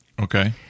Okay